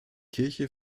kirche